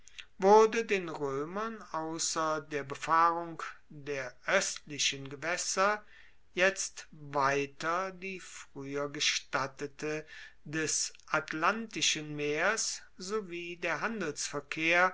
wurde den roemern ausser der befahrung der oestlichen gewaesser jetzt weiter die frueher gestattete des atlantischen meers sowie der